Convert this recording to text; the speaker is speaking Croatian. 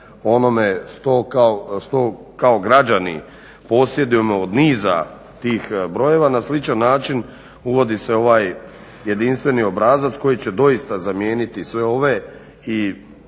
onome što kao građani posjedujemo od niza tih brojila na sličan način uvodi se ovaj jedinstveni obrazac koji će doista zamijeniti sve ove i